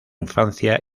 infancia